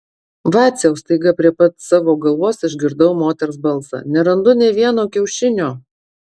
vaciau staiga prie pat savo galvos išgirdau moters balsą nerandu nė vieno kiaušinio